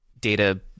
data